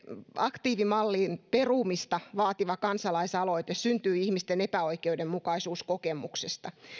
aktiivimallin perumista vaativa kansalaisaloite syntyi ihmisten epäoikeudenmukaisuuskokemuksesta